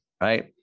right